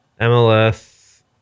MLS